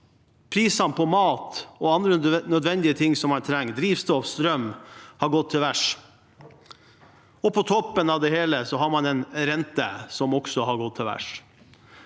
prisene på mat og andre nødvendige ting som man trenger, som drivstoff og strøm, har gått til værs. På toppen av det hele har man en rente som også har gått til værs.